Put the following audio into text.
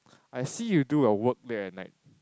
I see you do your work late at night